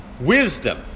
Wisdom